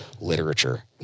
literature